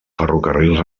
ferrocarrils